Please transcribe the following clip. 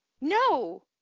No